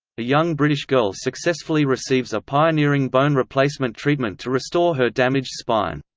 a young british girl successfully receives a pioneering bone replacement treatment to restore her damaged spine.